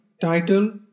title